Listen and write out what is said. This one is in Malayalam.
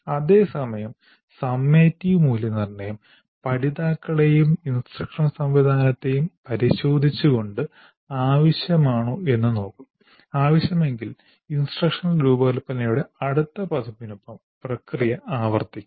അതേസമയം സമ്മേറ്റിവ് മൂല്യനിർണ്ണയം പഠിതാക്കളെയും ഇൻസ്ട്രക്ഷനൽ സംവിധാനത്തെയും പരിശോധിച്ചുകൊണ്ട് ആവശ്യമാണോ എന്ന് നോക്കും ആവശ്യമെങ്കിൽ ഇൻസ്ട്രക്ഷനൽ രൂപകൽപ്പനയുടെ അടുത്ത പതിപ്പിനൊപ്പം പ്രക്രിയ ആവർത്തിക്കും